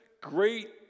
great